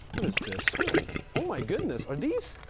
what is this? oh my goodness, are these?